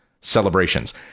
celebrations